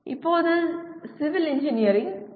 இப்போது civil engineering B